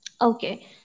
Okay